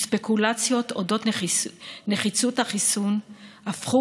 וספקולציות על אודות נחיצות החיסון הפכו